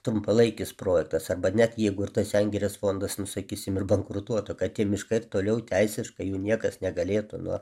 trumpalaikis projektas arba net jeigu ir tas sengirės fondas nu sakysim ir bankrutuotų kad tie miškai ir toliau teisiškai jų niekas negalėtų nuo